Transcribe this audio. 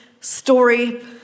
story